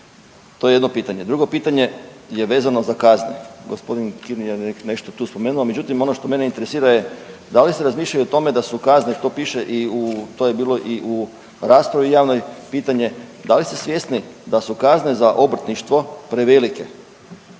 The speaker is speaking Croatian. To je jedno pitanje. Drugo pitanje je vezano za kazne, gospodin Kliman je to ovdje spomenuo, međutim, ono što mene interesira je dali ste razmišljali o tome da su kazne, to piše i u, to je bilo i u raspravi javnoj pitanje, dali ste svjesni da su kazne za obrtništvo prevelike.